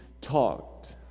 talked